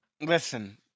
Listen